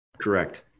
Correct